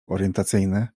orientacyjny